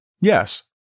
Yes